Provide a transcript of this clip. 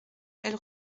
elle